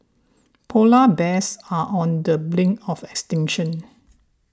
Polar Bears are on the brink of extinction